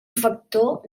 factor